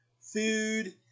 food